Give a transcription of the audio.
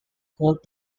called